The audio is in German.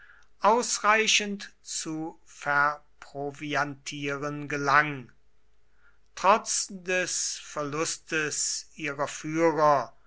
ausreichend zu verproviantieren gelang trotz des verlustes ihrer führer